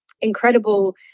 incredible